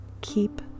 Keep